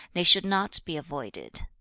they should not be avoided.